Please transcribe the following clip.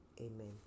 Amen